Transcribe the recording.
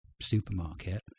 supermarket